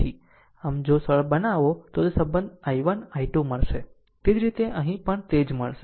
આમ જો સરળ બનાવો તો તે સંબંધ I1 I2 મળશે તે જ રીતે અહીં પણ તે જ રીતે મળશે